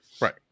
Right